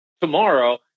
tomorrow